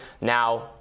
now